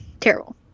Terrible